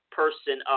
person